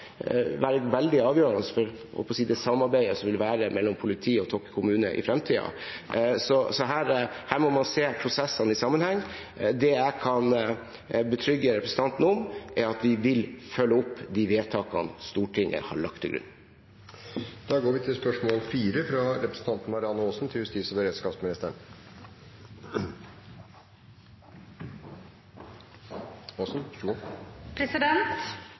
være veldig avgjørende for samarbeidet mellom politiet og Tokke kommune i fremtiden. Så her må man se prosessene i sammenheng. Det jeg kan betrygge representanten om, er at vi vil følge opp de vedtakene Stortinget har lagt til grunn. «Det er besluttet at arresten i Sandvika skal legges ned. I stedet skal arrestanter kjøres til